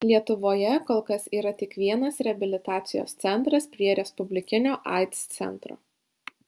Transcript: lietuvoje kol kas yra tik vienas reabilitacijos centras prie respublikinio aids centro